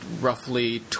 roughly